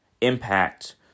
impact